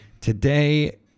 Today